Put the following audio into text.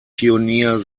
pionier